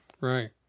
Right